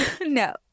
No